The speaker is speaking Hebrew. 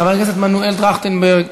חבר הכנסת מנואל טרכטנברג,